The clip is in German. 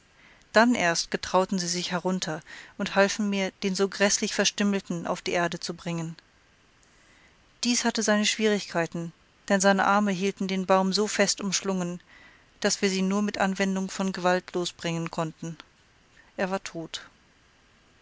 dann erst getrauten sie sich herunter und halfen mir den so gräßlich verstümmelten auf die erde zu bringen dies hatte seine schwierigkeiten denn seine arme hielten den baum so fest umschlungen daß wir sie nur mit anwendung von gewalt losbringen konnten er war tot